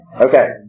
Okay